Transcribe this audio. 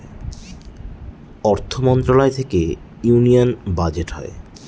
অর্থ মন্ত্রণালয় থেকে ইউনিয়ান বাজেট হয়